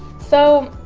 so